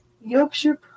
Yorkshire